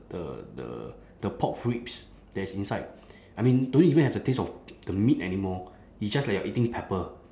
the the the pork ribs that's inside I mean don't even have the taste of the meat anymore it's just like you're eating pepper